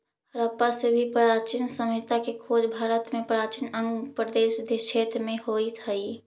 हडप्पा से भी प्राचीन सभ्यता के खोज भारत में प्राचीन अंग प्रदेश क्षेत्र में होइत हई